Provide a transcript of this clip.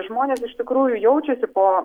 žmonės iš tikrųjų jaučiasi po